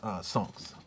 songs